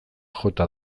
jota